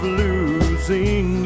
losing